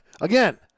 again